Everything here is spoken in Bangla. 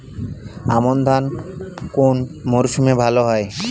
আমন ধান কোন মরশুমে ভাল হয়?